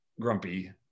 grumpy